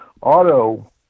auto